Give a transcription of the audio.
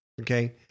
Okay